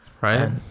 right